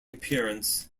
appearance